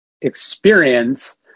experience